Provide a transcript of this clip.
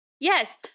Yes